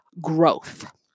growth